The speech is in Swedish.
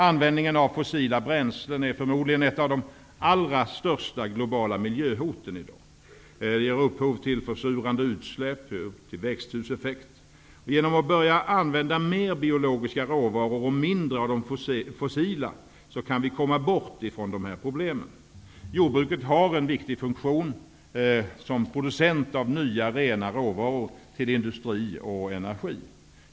Användningen av fossila bränslen är förmodligen ett av de allra största globala miljöhoten i dag. Den ger upphov till försurande utsläpp och växthuseffekt. Genom att börja använda mer biologiska råvaror och mindre av de fossila kan vi komma bort från dessa problem. Jordbruket har en viktig funktion som producent av nya rena råvaror till industri och energi.